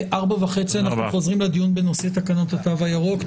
בשעה 16:30 אנחנו חוזרים לדיון בנושא תקנות התו הירוק.